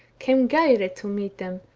came geirrid to meet them,